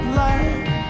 light